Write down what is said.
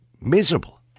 miserable